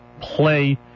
play